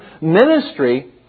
ministry